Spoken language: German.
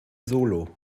solo